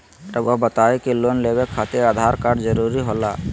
रौआ बताई की लोन लेवे खातिर आधार कार्ड जरूरी होला?